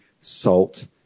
salt